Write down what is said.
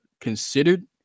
considered